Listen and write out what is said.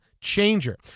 changer